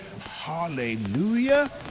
hallelujah